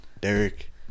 Derek